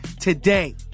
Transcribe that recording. today